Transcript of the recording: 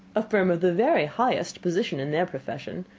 a firm of the very highest position in their profession.